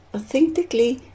Authentically